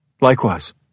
Likewise